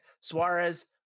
Suarez